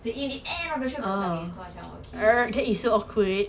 in the end of the show dia orang divorce so ya